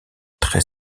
très